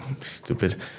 Stupid